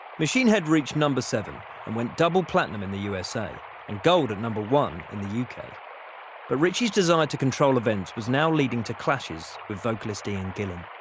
machine head reached number seven and went double platinum in the usa and gold at number one in the uk. but ritchie's desire to control events was now leading to clashes with vocalist ian gillan.